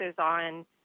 on